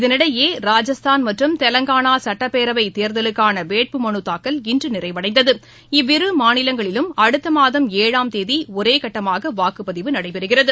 இதனிடையே ராஜஸ்தான் மற்றும் தெலங்கானாசட்டப்பேரவைத் தேர்தலுக்கானவேட்புமனுதாக்கல் இன்றுநிறைவடைந்தது இவ்விருமாநிலங்களிலும் அடுத்தமாதம் ஏழாம் தேதிஒரேகட்டமாகவாக்குப்பதிவு நடைபெறுகிறது